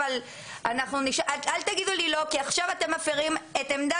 אל תגידו לי לא כי עכשיו אתם מפירים את עמדת